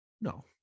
no